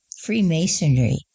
Freemasonry